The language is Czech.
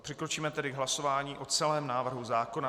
Přikročíme tedy k hlasování o celém návrhu zákona.